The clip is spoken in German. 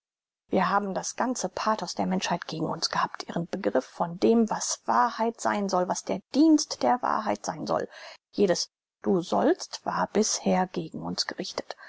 wir haben das ganze pathos der menschheit gegen uns gehabt ihren begriff von dem was wahrheit sein soll was der dienst der wahrheit sein soll jedes du sollst war bisher gegen uns gerichtet